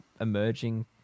emerging